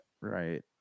Right